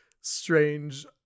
strange